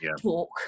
talk